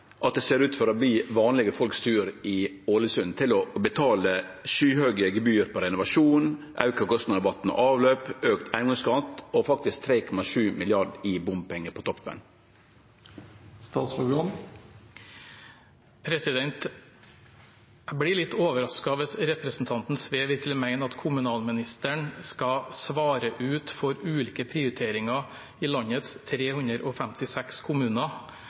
at det ser ut til å bli vanlege folk i Ålesund sin tur til å betale skyhøge gebyr for renovasjon, auka kostnader for vatn og avløp, auka eigedomsskatt og faktisk 3,7 mrd. kr i bompengar på toppen? Jeg blir litt overrasket hvis representanten Sve virkelig mener at kommunalministeren skal svare for ulike prioriteringer i landets 356 kommuner